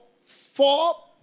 four